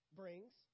brings